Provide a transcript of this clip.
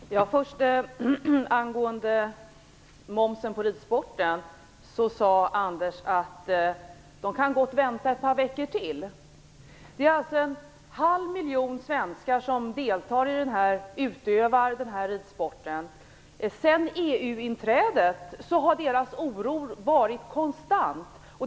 Herr talman! Anders Nilsson sade angående momsen på ridsporten att man gott kan vänta ett par veckor till. Det är en halv miljon svenskar som utövar ridsport. Sedan EU-inträdet har dessa människors oro varit konstant.